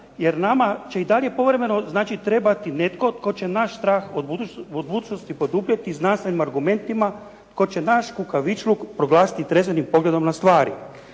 jer nama će i dalje povremeno trebati netko tko će naš strah od budućnosti poduprijeti znanstvenim dokumentima, tko će naš kukavičluk proglasiti trezvenim pogledom na stvari.